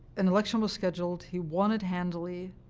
an election was scheduled. he won it handily.